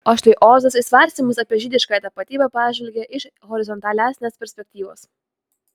o štai ozas į svarstymus apie žydiškąją tapatybę pažvelgia iš horizontalesnės perspektyvos